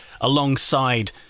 alongside